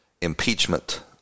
impeachment